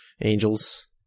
Angels